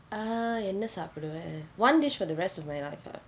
err என்ன சாப்பிடுவேன்:enna sappiduven eh one dish for the rest of my life ah